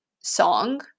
song